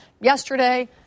yesterday